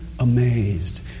Amazed